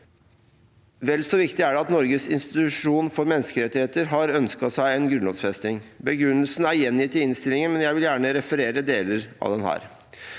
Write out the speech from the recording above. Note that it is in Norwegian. Vel så viktig er det at Norges institusjon for menneskerettigheter, NIM, har ønsket seg en grunnlovfesting. Begrunnelsen er gjengitt i innstillingen, men jeg vil gjerne referere deler av den